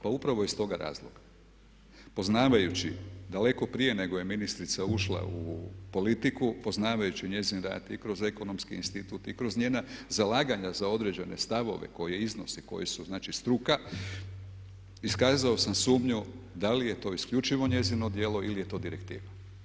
Pa upravo iz toga razloga, poznavajući daleko prije nego je ministrica ušla u politiku, poznavajući njezin rad i kroz ekonomski institut, i kroz njena zalaganja za određene stavove koje iznosi, koji su znači struka iskazao sam sumnji da li je to isključivo njezino djelo ili je to direktiva?